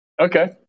Okay